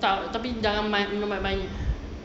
tak tapi jangan minum baik-baik